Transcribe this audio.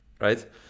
right